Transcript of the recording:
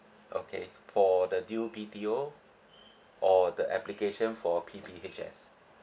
okay for the due P_T_O or the application for P_P_H_S